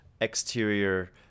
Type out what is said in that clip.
exterior